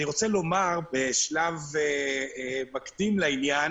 אני רוצה לומר בשלב מקדים לעניין